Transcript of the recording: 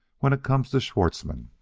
when it comes to schwartzmann.